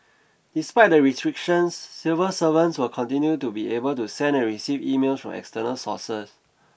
despite the restrictions civil servants will continue to be able to send and receive email from external sources